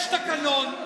יש תקנון,